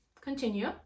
continue